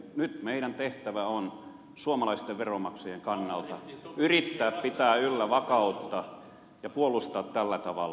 nyt meidän tehtävä on suomalaisten veronmaksajien kannalta yrittää pitää yllä vakautta ja puolustaa tällä tavalla